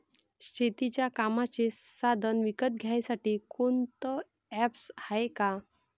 शेतीच्या कामाचे साधनं विकत घ्यासाठी कोनतं ॲप हाये का?